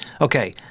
Okay